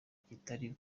kitari